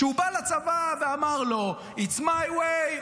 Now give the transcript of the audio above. שהוא בא לצבא ואמר לו: It's my way,